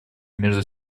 между